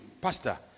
Pastor